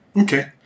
Okay